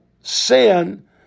sin